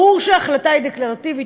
ברור שההחלטה היא דקלרטיבית,